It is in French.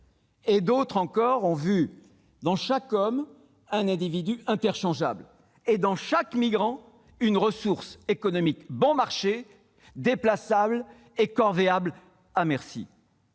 d'autres encore ont vu dans chaque homme un individu interchangeable et dans chaque migrant une ressource économique bon marché déplaçable et corvéable à merci.